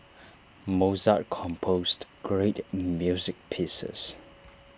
Mozart composed great music pieces